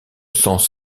sens